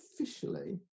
officially